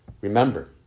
Remember